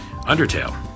Undertale